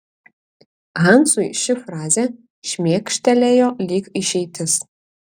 hansui ši frazė šmėkštelėjo lyg išeitis